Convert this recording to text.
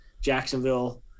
Jacksonville